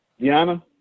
Diana